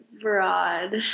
broad